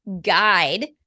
guide